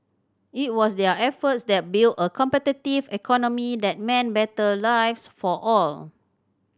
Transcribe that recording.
it was their efforts that built a competitive economy that meant better lives for all